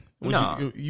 No